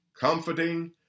comforting